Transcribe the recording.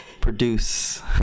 produce